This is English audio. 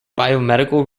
biomedical